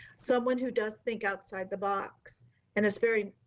someone who does think outside the box and it's very,